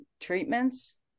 treatments